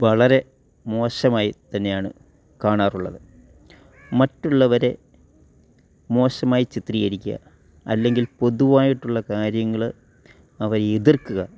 വളരെ മോശമായി തന്നെയാണ് കാണാറുള്ളത് മറ്റുള്ളവരെ മോശമായി ചിത്രീകരിക്കുക അല്ലെങ്കിൽ പൊതുവായിട്ടുള്ള കാര്യങ്ങൾ അവയെ എതിർക്കുക